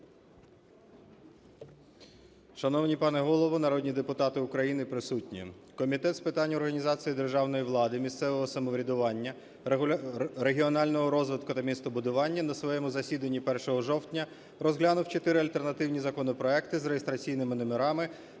Шановний пане Голово, народні депутати України, присутні! Комітет з питань організації державної влади, місцевого самоврядування, регіонального розвитку та містобудування на своєму засіданні 1 жовтня розглянув чотири альтернативні законопроекти з реєстраційними номерами: